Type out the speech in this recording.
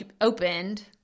opened